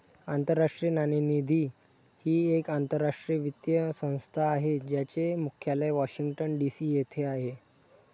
आंतरराष्ट्रीय नाणेनिधी ही एक आंतरराष्ट्रीय वित्तीय संस्था आहे ज्याचे मुख्यालय वॉशिंग्टन डी.सी येथे आहे